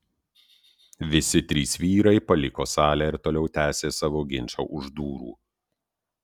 visi trys vyrai paliko salę ir toliau tęsė savo ginčą už durų